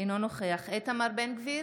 אינו נוכח איתמר בן גביר,